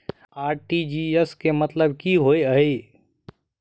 RTGS केँ मतलब की होइ हय?